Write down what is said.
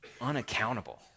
unaccountable